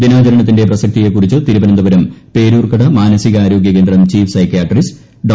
ദിനാചരണത്തിന്റെ പ്രസക്തിയെക്കുറിച്ച് തിരുവനന്തപുരം പേരൂർക്കട മാനസിക ആരോഗ്യ കേന്ദ്രം ചീഫ് സൈക്യാട്രിസ്റ്റ് ഡോ